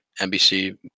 NBC